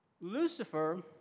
Lucifer